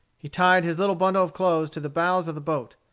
he tied his little bundle of clothes to the bows of the boat,